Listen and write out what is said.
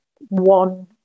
one